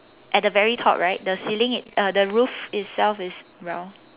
at the very top right the ceiling it uh the roof itself is brown